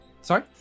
Sorry